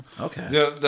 Okay